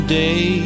day